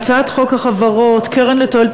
הצעת חוק החברות (תיקון מס' 18) (קרן לתועלת